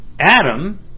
Adam